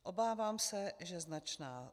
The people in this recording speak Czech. Obávám se že značná.